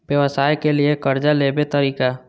व्यवसाय के लियै कर्जा लेबे तरीका?